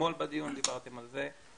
אתמול בדיון דיברתם על זה,